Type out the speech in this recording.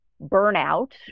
burnout